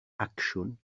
acsiwn